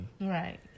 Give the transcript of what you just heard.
right